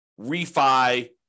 refi